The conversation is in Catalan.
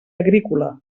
agrícola